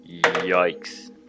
Yikes